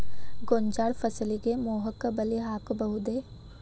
ಗೋಂಜಾಳ ಫಸಲಿಗೆ ಮೋಹಕ ಬಲೆ ಹಾಕಬಹುದೇ?